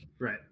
Right